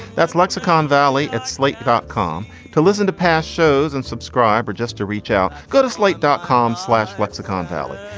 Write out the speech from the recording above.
that's lexicon valley at slate dot com to listen to past shows and subscribe or just to reach out to slate dot com slash lexicon valley,